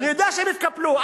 אני יודע שהם התקפלו.